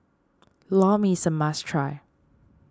Lor Mee is a must try